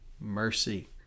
mercy